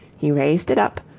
he raised it up,